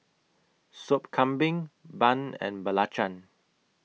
Sop Kambing Bun and Belacan